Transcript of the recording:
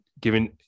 given